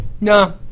no